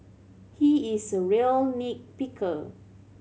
he is a real nit picker